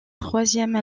troisième